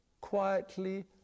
quietly